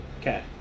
Okay